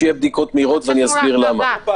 את עונה במקומו?